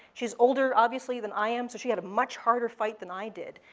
she's older, obviously, than i am, so she had a much harder fight than i did.